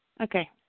Okay